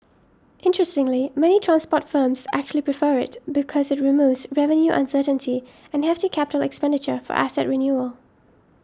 interestingly many transport firms actually prefer it because it removes revenue uncertainty and hefty capital expenditure for asset renewal